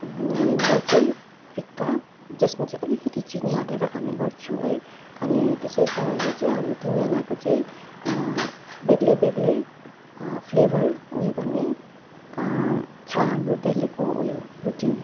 अनि म चाहिँ फिका जसमा चाहिँ अलिकति चिनी हालेर खाने गर्छु है अनि त्यसै कारणले चाहिँ हाम्रो तिनजनाको चाहिँ बेग्लै बेग्लै फ्लेभर उयो गर्ने छ हाम्रो डेलिको उयो रुटिन